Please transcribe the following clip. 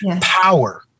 power